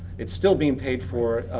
it's still being paid for.